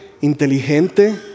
inteligente